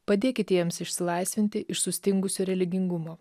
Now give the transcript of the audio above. padėkite jiems išsilaisvinti iš sustingusio religingumo